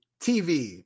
TV